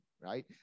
right